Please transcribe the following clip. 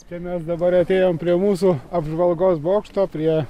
tai mes dabar atėjom prie mūsų apžvalgos bokšto prie